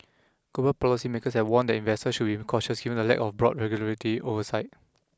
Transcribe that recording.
global policy makers have warned that investors should be cautious given the lack of broad regularity oversight